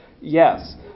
Yes